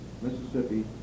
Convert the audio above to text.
Mississippi